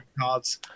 cards